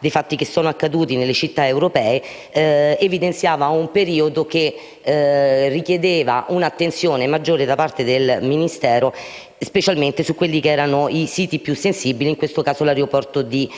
dei fatti che si sono verificati nelle città europee). Quella situazione evidenziava aspetti che richiedevano un'attenzione maggiore da parte del Ministero, specialmente per quelli che erano i siti più sensibili, in questo caso l'aeroporto di